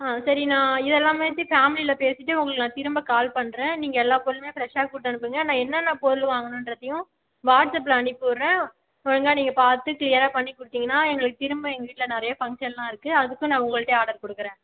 ஆ சரி நான் இதெல்லாம் பற்றி ஃபேமிலியில் பேசிகிட்டு உங்களுக்கு நான் திரும்ப கால் பண்ணுறேன் நீங்கள் எல்லா பொருளுமே ஃபிரெஷ்ஷாக கொடுத்து அனுப்புங்கள் நான் என்னென்ன பொருள் வாங்கணுன்றதையும் வாட்ஸ்ஆப்பில் அனுப்பிவிட்றேன் ஒழுங்காக நீங்கள் பார்த்து கிளியராக பண்ணி கொடுத்தீங்கன்னா எங்களுக்கு திரும்ப எங்கள் வீட்டில் நிறைய ஃபங்க்ஷன்லாம் இருக்குது அதுக்கும் நான் உங்ககிட்டயே ஆர்டர் கொடுக்கறேன்